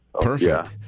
Perfect